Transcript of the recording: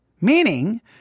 Meaning